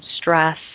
stress